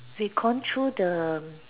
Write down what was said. we've gone through the um